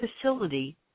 facility